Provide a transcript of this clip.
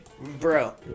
Bro